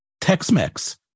Tex-Mex